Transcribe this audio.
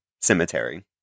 Cemetery